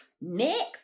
Next